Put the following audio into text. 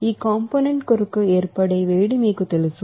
ఈ కాంపోనెంట్ కొరకు ఏర్పడే వేడిని మీకు ఇస్తుంది